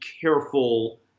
careful